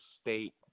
state